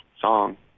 song